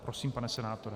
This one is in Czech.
Prosím, pane senátore.